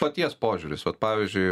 paties požiūris vat pavyzdžiui